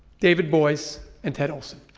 david boies and ted olson.